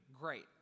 Great